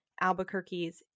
Albuquerque's